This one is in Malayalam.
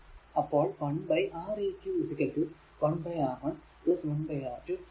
അപ്പോൾ 1 R eq 1 R1 1 R2 അങ്ങനെ 1 1 Rn വരെ